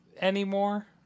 anymore